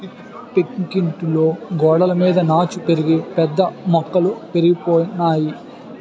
పెంకుటిల్లు గోడలమీద నాచు పెరిగి పెద్ద మొక్కలు పెరిగిపోనాయి